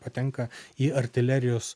patenka į artilerijos